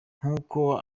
nk’uko